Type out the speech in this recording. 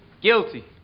guilty